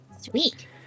sweet